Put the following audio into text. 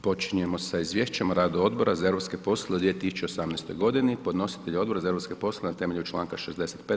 Počinjemo sa: - Izvješće o radu Odbora za europske poslove u 2018. godini Podnositelj je Odbor za europske poslove na temelju članka 65.